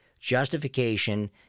Justification